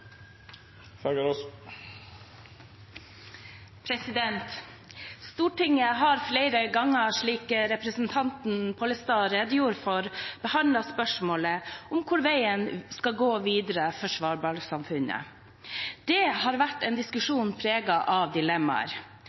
Stortinget har flere ganger, slik representanten Pollestad redegjorde for, behandlet spørsmålet om hvor veien skal gå videre for svalbardsamfunnet. Det har vært en diskusjon preget av dilemmaer